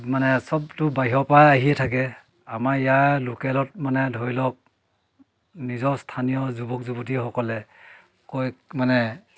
মানে চবটো বাহিৰৰ পাৰায়ে আহি থাকে আমাৰ ইয়াত লোকেলত মানে ধৰি লওক নিজৰ স্থানীয় যুৱক যুৱতীসকলে কয় মানে